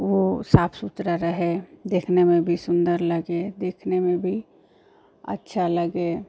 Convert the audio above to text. वह साफ़ सुथरा रहे देखने में भी सुन्दर लगे देखने में भी अच्छा लगे